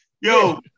yo